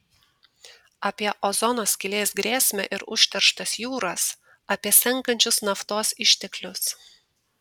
apie ozono skylės grėsmę ir užterštas jūras apie senkančius naftos išteklius